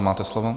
Máte slovo.